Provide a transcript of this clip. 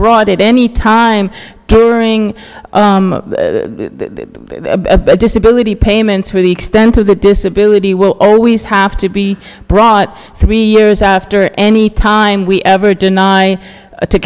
brought it any time during a disability payments when the extent of the disability will always have to be brought three years after any time we ever deny to